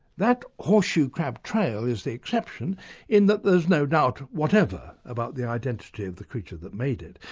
that horseshoe crab trail is the exception in that there's no doubt whatever about the identity of the creature that made it,